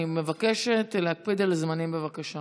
אני מבקשת להקפיד על זמנים, בבקשה.